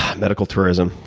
medical tourism.